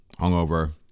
hungover